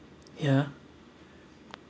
ya